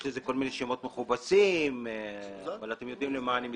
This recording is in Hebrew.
יש לזה כל מיני שמות מכובסים אבל אתם יודעים למה אני מתכוון.